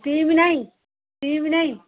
steam ନାହିଁ steam ନାହିଁ